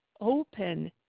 open